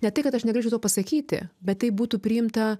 ne tai kad aš negalėčiau to pasakyti bet tai būtų priimta